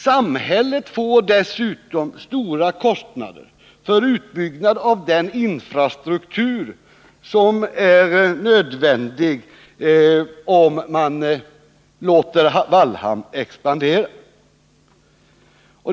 Samhället får dessutom stora kostnader för utbyggnad av den infrastruktur som är nödvändig, om man låter Vallhamn expandera.